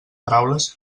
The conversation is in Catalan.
paraules